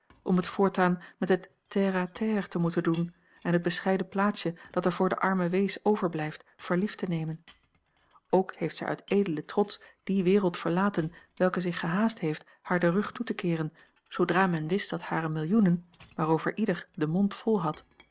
om het voortaan met het terre à terre te moeten doen en het bescheiden plaatsje dat er voor de arme wees overblijft voor lief te nemen ook heeft zij uit edelen trots die wereld verlaten welke zich gehaast heeft haar den rug toe te keeren zoodra men wist dat hare millioenen waarover ieder den mond vol had